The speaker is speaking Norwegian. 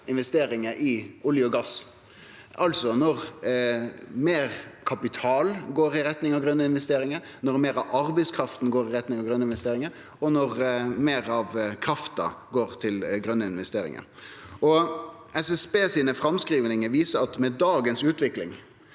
investeringane i olje og gass, altså når meir kapital går i retning av grøne investeringar, når meir av arbeidskrafta går i retning av grøne investeringar, og når meir av krafta går til grøne investeringar. Framskrivingane til SSB viser at med dagens utvikling